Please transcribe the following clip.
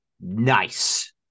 nice